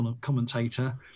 commentator